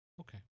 Okay